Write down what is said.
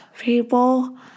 People